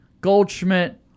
Goldschmidt